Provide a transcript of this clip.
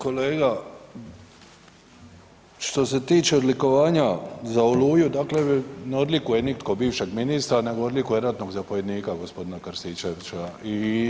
Kolega, što se tiče odlikovanja za „Oluju“ dakle ne odlikuje nitko bivšeg ministra nego odlikuje ratnoga zapovjednika gospodina Krstičevića.